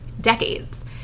decades